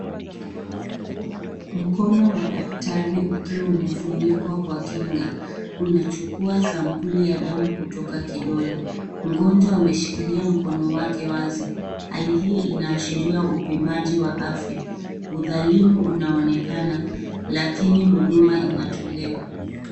Mkono wa daktari ukiwa umefunikwa kwa kinga, unachukua sampuli ya damu kutoka kidole. Mgonjwa ameshikilia mkono wake wazi. Hali hii inaashiria upimaji wa afya. Udhalimu unaonekana, lakini huduma inatolewa.